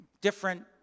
different